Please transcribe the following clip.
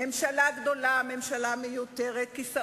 כשרק לפני שנה הממשלה אישרה 2.4 לתקציב הביטחון,